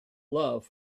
love